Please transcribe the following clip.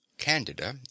Candida